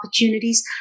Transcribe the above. opportunities